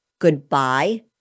goodbye